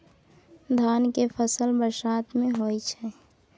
धान के फसल बरसात में होय छै?